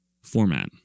format